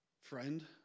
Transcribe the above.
Friend